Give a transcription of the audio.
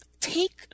take